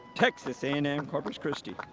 texas a and m corpus christi.